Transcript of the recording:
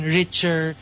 richer